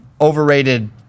overrated